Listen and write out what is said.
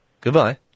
Goodbye